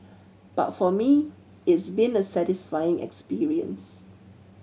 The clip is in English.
but for me it's been a satisfying experience